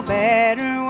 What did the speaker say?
better